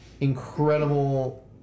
incredible